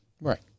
right